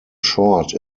short